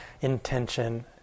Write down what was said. intention